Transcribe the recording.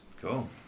cool